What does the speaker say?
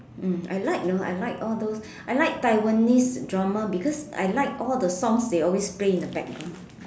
mm I like know I like all those I like Taiwanese drama because I like all the songs they always play in the background